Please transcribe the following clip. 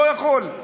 לא יכול,